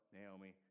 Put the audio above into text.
Naomi